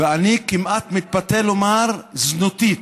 ואני כמעט מתפתה לומר "זנותית".